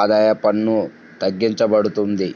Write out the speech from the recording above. ఆదాయ పన్ను తగ్గింపబడుతుంది